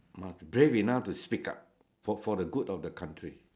must brave enough to speak up for for the good of the country